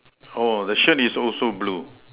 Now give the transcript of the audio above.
oh the shirt is also blue